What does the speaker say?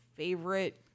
Favorite